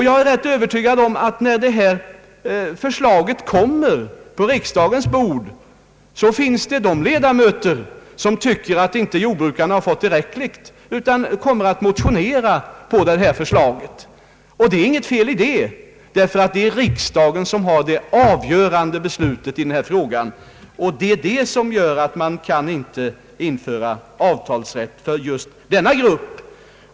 Jag är ganska övertygad om att när förslag kommer att läggas på riksdagens bord kommer det att finnas ledamöter som tycker att jordbrukarna inte fått tillräckligt och som kommer att väcka motioner med anledning av detta förslag. Det är inget fel i det. Det är nämligen riksdagen som har att fatta det avgörande beslutet i denna fråga, vilket gör att man inte kan införa avtalsrätt för just denna grupp.